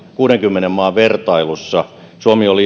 kuudenkymmenen maan vertailussa